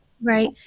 right